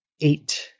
eight